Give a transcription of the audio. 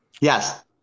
Yes